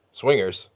Swingers